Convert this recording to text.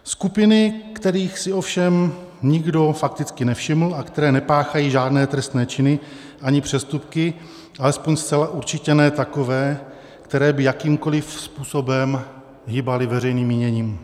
Skupiny, kterých si ovšem nikdo fakticky nevšiml a které nepáchají žádné trestné činy ani přestupky, alespoň zcela určitě ne takové, které by jakýmkoliv způsobem hýbaly veřejným míněním.